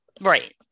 right